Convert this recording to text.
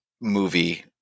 movie